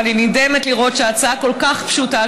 ואני נדהמת לראות שהצעה כל כך פשוטה,